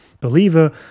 believer